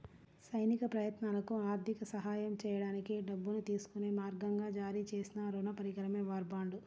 సైనిక ప్రయత్నాలకు ఆర్థిక సహాయం చేయడానికి డబ్బును తీసుకునే మార్గంగా జారీ చేసిన రుణ పరికరమే వార్ బాండ్